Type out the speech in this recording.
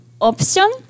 option